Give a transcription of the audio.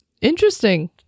interesting